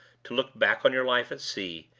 to look back on your life at sea,